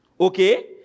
okay